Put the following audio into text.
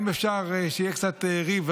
אם אפשר שיהיה קצת ריב,